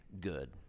good